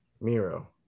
Miro